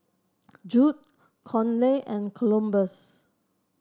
Judd Conley and Columbus